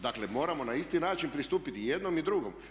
Dakle, moramo na isti način pristupiti i jednom i drugom.